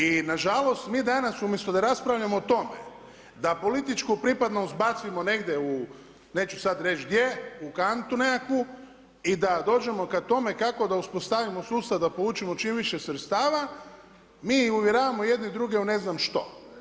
I na žalost mi danas umjesto da raspravljamo o tome da političku pripadnost bacimo negdje neću sad reći gdje u kantu nekakvu i da dođemo ka tome kako da uspostavimo sustav da povučemo čim više sredstava, mi uvjeravamo jedni druge u ne znam što.